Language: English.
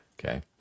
okay